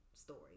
story